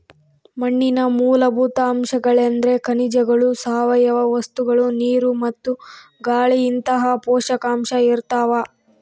ಮಣ್ಣಿನ ಮೂಲಭೂತ ಅಂಶಗಳೆಂದ್ರೆ ಖನಿಜಗಳು ಸಾವಯವ ವಸ್ತುಗಳು ನೀರು ಮತ್ತು ಗಾಳಿಇಂತಹ ಪೋಷಕಾಂಶ ಇರ್ತಾವ